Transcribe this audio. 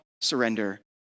surrender